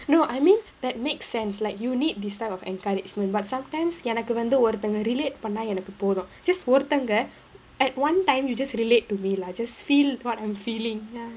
no I mean that makes sense like you need this type of encouragement but sometimes எனக்கு வந்து ஒருத்தங்க:enakku vandhu oruthanga relate பண்ணா எனக்கு போதும்:pannaa enakku pothum just ஒருத்தங்க:oruthanga at one time you just relate to me lah just feel what I'm feeling